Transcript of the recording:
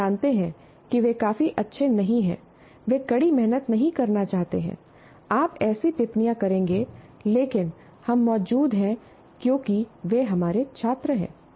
आप जानते हैं कि वे काफी अच्छे नहीं हैं वे कड़ी मेहनत नहीं करना चाहते हैं आप ऐसी टिप्पणियां करेंगे लेकिन हम मौजूद हैं क्योंकि वे हमारे छात्र हैं